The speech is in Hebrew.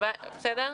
בסמכותכם,